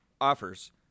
offers